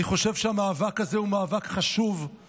אני חושב שהמאבק הזה הוא מאבק חשוב,